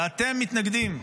ואתם מתנגדים.